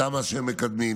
התמ"א שהם מקדמים,